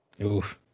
Oof